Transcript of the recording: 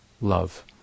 love